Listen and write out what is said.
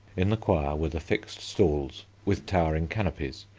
in the choir were the fixed stalls with towering canopies,